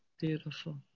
beautiful